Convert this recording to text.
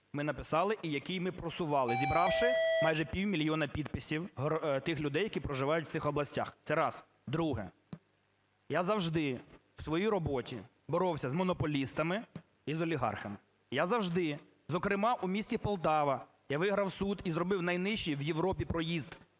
ми написали і який ми просували, зібравши майже півмільйона підписів тих людей, які проживають у цих областях. Це раз. Друге. Я завжди у своїй роботі боровся з монополістами і з олігархами. Я завжди, зокрема у місті Полтава, я виграв суд і зробив найнижчий в Європі проїзд